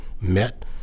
met